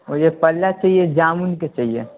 مجھے پلہ چاہیے جامن کے چاہیے